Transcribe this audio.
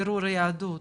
בירורי יהדות,